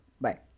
bye